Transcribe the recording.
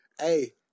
Hey